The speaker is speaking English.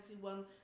one